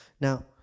Now